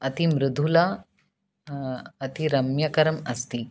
अति मृदुला अति रम्यकरम् अस्ति